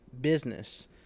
business